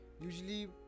Usually